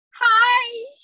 Hi